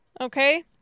okay